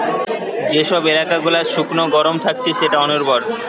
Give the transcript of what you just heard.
যে সব এলাকা গুলা শুকনো গরম থাকছে সেটা অনুর্বর